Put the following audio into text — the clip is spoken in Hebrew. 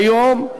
כיום,